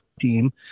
team